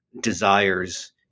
desires